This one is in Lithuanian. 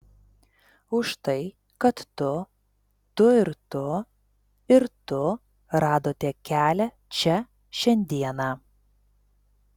už tai kad tu tu ir tu ir tu radote kelią čia šiandieną